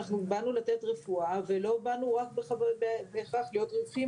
אנחנו באנו לתת רפואה ולא באנו בהכרח להיות רווחיים,